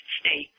stay